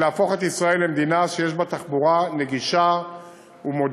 נהפוך את ישראל למדינה שיש בה תחבורה נגישה ומודרנית,